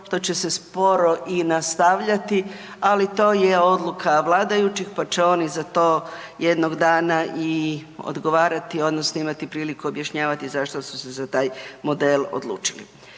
što će se sporo i nastavljati, ali to je odluka vladajućih, pa će oni za to jednog dana i odgovarati odnosno imati priliku objašnjavati zašto su se za taj model odlučili.